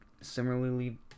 similarly